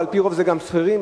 ועל-פי רוב מדובר בשכירים,